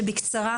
שבקצרה,